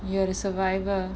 you're a survivor